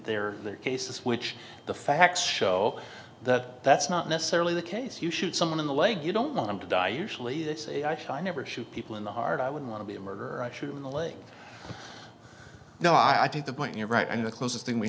are cases which the facts show that that's not necessarily the case you shoot someone in the leg you don't want them to die usually they say i never shoot people in the heart i would want to be a murderer i should you know i think the point you're right and the closest thing we